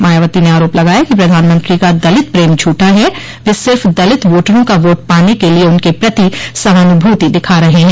मायावती ने आरोप लगाया कि प्रधानमंत्री का दलित प्रेम झूठा है वे सिर्फ दलित वोटरों का वोट पाने के लिये उनके प्रति सहानुभूति दिखा रहे हैं